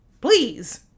Please